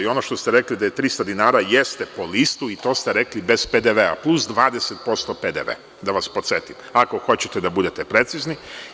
Ono što ste rekli da je 300 dinara, jeste po listu i to ste rekli bez PDV-a, plus 20% PDV, da vas podsetim, ako hoćete da budete precizni.